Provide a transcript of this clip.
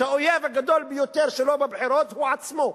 שהאויב הגדול ביותר שלו בבחירות הוא הוא-עצמו.